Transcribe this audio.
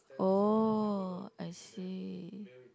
oh I see